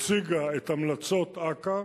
הציגה את המלצות אכ"א.